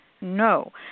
No